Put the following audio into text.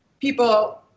People